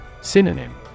Synonym